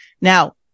Now